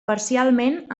parcialment